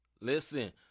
listen